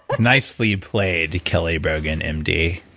nicely played, kelly brogan, m d.